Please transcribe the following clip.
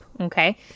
okay